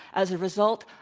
as a result,